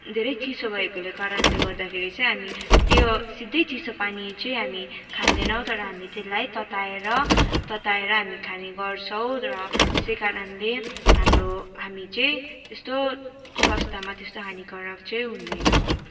धेरै चिसो भएकोले कारणले गर्दाखेरि चाहिँ हामी त्यो सिधै चिसो पानी चाहिँ हामी खाँदैनौँ तर हामी त्यसलाई हामी तताएर तताएर हामी खाने गर्छौँ र त्यसै कारणले हाम्रो हामी चाहिँ त्यस्तो स्वास्थ्यमा त्यस्तो हानिकारक चाहिँ हुँदैन